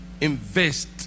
invest